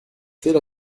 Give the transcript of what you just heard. telle